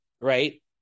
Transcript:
right